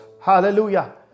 Hallelujah